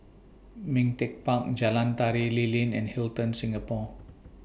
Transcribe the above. Ming Teck Park Jalan Tari Lilin and Hilton Singapore